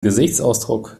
gesichtsausdruck